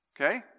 Okay